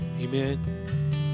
Amen